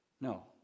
no